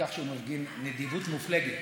שהוא מפגין נדיבות מופלגת,